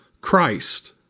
Christ